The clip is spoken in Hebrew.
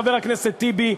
חבר הכנסת טיבי,